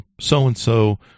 so-and-so